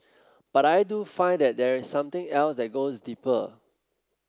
but I do find that there is something else that goes deeper